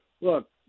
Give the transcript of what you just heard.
look